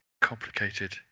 complicated